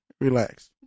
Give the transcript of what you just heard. relax